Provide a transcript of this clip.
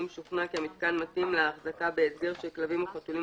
אם שוכנע כי המיתקן מתאים להחזקה בהסגר של כלבים או חתולים